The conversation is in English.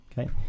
okay